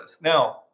Now